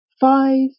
Five